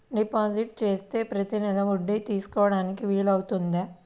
Deposit చేస్తే ప్రతి నెల వడ్డీ తీసుకోవడానికి వీలు అవుతుందా?